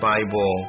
Bible